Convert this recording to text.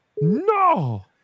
No